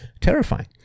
terrifying